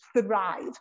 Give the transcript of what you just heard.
thrive